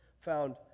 found